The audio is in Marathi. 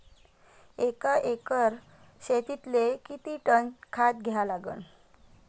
एका एकर शेतीले किती टन शेन खत द्या लागन?